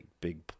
big